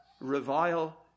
revile